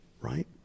right